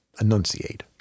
Enunciate